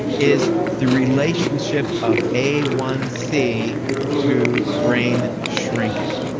is the relationship of a one c to brain shrinkage.